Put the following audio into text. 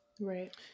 Right